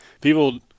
People